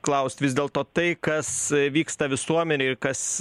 klaust vis dėlto tai kas vyksta visuomenėj kas